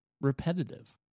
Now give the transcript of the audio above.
repetitive